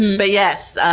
but yes,